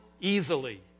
easily